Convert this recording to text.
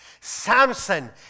Samson